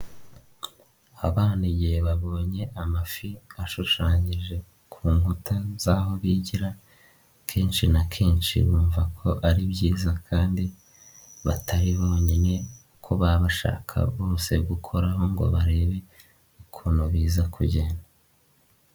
Abana igihe babonye amafi ashushanyije ku nkuta z'aho bigira ,kenshi na kenshi bumva ko ari byiza kandi batari bonyine ko baba bashaka bose gukoraho ngo barebe ukuntu biza kugenda.